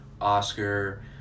Oscar